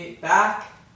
back